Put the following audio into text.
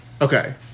Okay